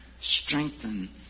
strengthen